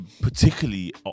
particularly